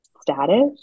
status